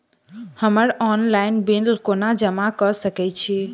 हम्मर online bill कोना जमा कऽ सकय छी?